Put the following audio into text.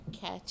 Catch